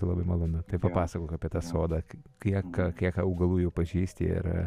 labai malonu tai papasakok apie tą sodą kiek kiek augalų jau pažeisti ir